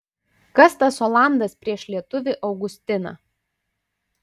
kas tas olandas prieš lietuvį augustiną